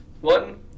One